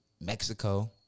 Mexico